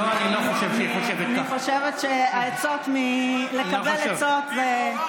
לא, אני לא חושב שהיא חושבת ככה.